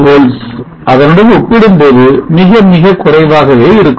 7 volts உடன் ஒப்பிடும்போது மிகமிக குறைவாகவே இருக்கும்